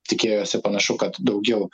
tikėjosi panašu kad daugiau